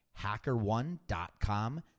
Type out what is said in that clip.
HackerOne.com